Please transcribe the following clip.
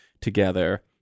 together